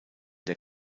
der